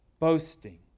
boasting